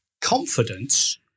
confidence